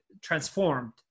transformed